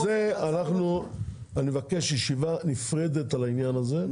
אז אני מבקש ישיבה נפרדת על העניין הזה,